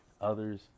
Others